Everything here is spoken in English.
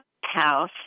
house